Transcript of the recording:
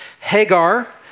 Hagar